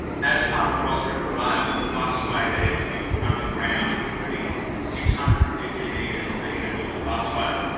as part of cross-river rail, the busway there will be put underground, including six hundred and fifty metres of the inner northern busway.